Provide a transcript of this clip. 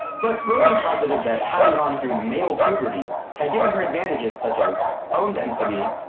but rogan posited that, having gone through male puberty had given her advantages such as bone density,